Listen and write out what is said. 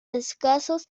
escasos